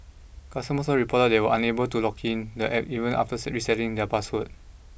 customers also reported that they were unable to log in to the App even after resetting their passwords